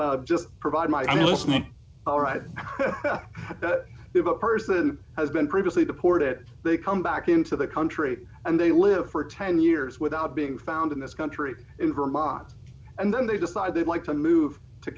just provide my family all right of a person who has been previously deported they come back into the country and they live for ten years without being found in this country in vermont and then they decide they'd like to move to